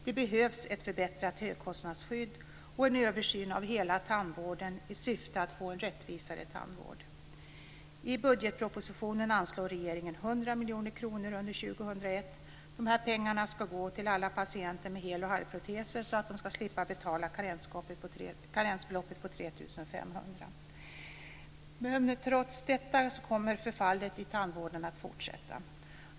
Det behövs ett förbättrat högkostnadsskydd och en översyn av hela tandvården i syfte att få en rättvisare tandvård. I budgetpropositionen anslår regeringen 100 miljoner kronor under 2001. Dessa pengar ska gå till alla patienter med hel och halvproteser, så att de ska slippa betala karensbeloppet på 3 500. Trots detta kommer förfallet i tandvården att fortsätta.